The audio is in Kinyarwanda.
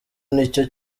nicyo